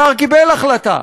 השר קיבל החלטה.